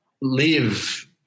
live